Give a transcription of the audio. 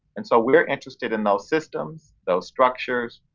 and so we're interested in those systems, those structures,